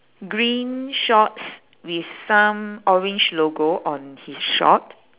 green shorts with some orange logo on his short